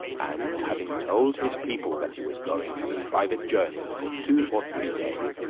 and having told his people that he was going on a private journey for two or three days,